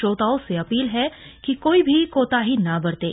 श्रोताओं से अपील है कि कोई भी कोताही न बरतें